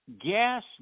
gas